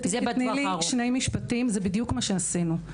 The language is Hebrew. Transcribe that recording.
זה בדיוק מה שעשינו.